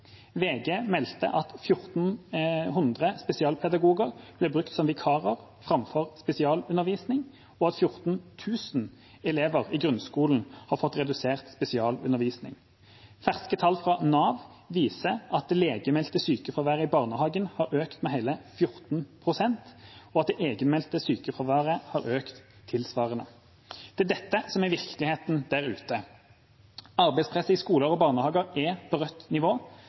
VG meldte at 1 400 spesialpedagoger ble brukt som vikarer framfor til spesialundervisning, og at 14 000 elever i grunnskolen har fått redusert spesialundervisning. Ferske tall fra Nav viser at det legemeldte sykefraværet i barnehagene har økt med hele 14 pst., og at det egenmeldte sykefraværet har økt tilsvarende. Det er dette som er virkeligheten der ute. Arbeidspresset i skoler og barnehager er på